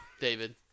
David